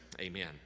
Amen